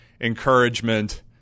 encouragement